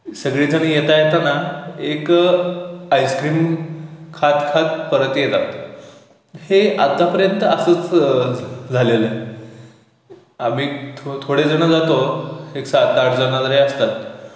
सगळी जणं येता येताना एक आईस्क्रीम खात खात परत येतात हे आतापर्यंत असंच झालेलं आहे आम्ही थो थोडे जणं जातो एक सात आठ जणं जरी असतात